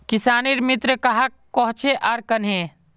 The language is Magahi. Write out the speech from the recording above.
किसानेर मित्र कहाक कोहचे आर कन्हे?